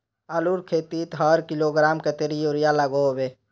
आलूर खेतीत हर किलोग्राम कतेरी यूरिया लागोहो होबे?